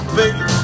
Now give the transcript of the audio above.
baby